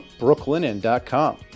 brooklinen.com